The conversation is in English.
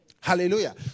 Hallelujah